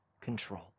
control